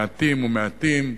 מעטים ומעטים,